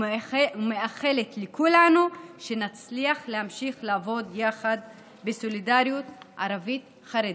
ומאחלת לכולנו שנצליח להמשיך לעבוד יחד בסולידריות ערבית-חרדית.